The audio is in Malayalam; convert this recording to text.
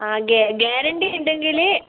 അ ഗേ ഗ്യാരന്റി ഉണ്ടെങ്കിൽ